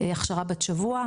הכשרה בת שבוע,